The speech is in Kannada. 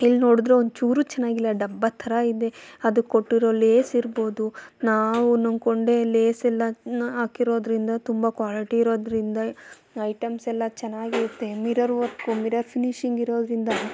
ಇಲ್ಲಿ ನೋಡಿದ್ರೆ ಒಂಚೂರು ಚೆನ್ನಾಗಿಲ್ಲ ಡಬ್ಬ ಥರ ಇದೆ ಅದಕ್ಕೆ ಕೊಟ್ಟಿರೊ ಲೇಸ್ ಇರ್ಬೋದು ನಾವು ಕೊಂಡೆ ಲೇಸ್ ಎಲ್ಲದನ್ನ ಹಾಕಿರೋದ್ರಿಂದ ತುಂಬ ಕ್ವಾಲಟಿ ಇರೋದರಿಂದ ಐಟಮ್ಸ್ ಎಲ್ಲ ಚೆನ್ನಾಗಿರುತ್ತೆ ಮಿರರ್ ವರ್ಕು ಮಿರರ್ ಫಿನಿಶಿಂಗ್ ಇರೋದರಿಂದ